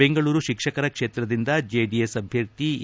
ಬೆಂಗಳೂರು ಶಿಕ್ಷಕರ ಕ್ಷೇತ್ರದಿಂದ ಜೆಡಿಎಸ್ ಅಭ್ಯರ್ಥಿ ಎ